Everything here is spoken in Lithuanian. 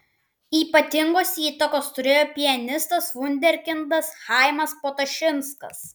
ypatingos įtakos turėjo pianistas vunderkindas chaimas potašinskas